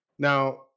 Now